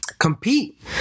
compete